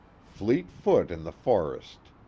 fleet foot in the forest,